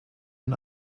ein